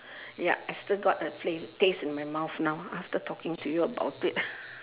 ya I still got a flav~ taste in my mouth now after talking to you about it